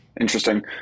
Interesting